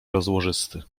rozłożysty